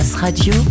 radio